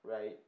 right